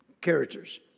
characters